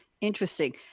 Interesting